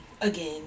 again